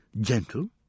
gentle